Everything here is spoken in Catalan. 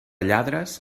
lladres